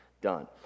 done